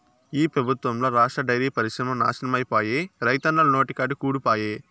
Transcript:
ఈ పెబుత్వంల రాష్ట్ర డైరీ పరిశ్రమ నాశనమైపాయే, రైతన్నల నోటికాడి కూడు పాయె